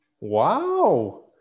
Wow